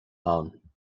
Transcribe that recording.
ann